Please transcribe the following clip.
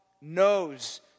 knows